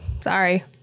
sorry